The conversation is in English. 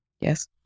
yes